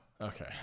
Okay